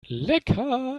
lecker